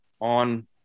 on